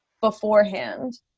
beforehand